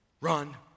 Run